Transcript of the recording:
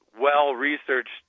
well-researched